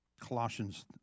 Colossians